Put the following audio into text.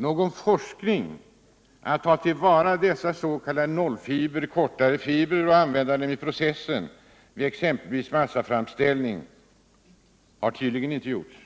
Någon forskning för att ta till vara dessa s.k. nollfibrer — kortare fibrer — och använda dem i processen vid exempelvis massaframställning har tydligen inte utförts.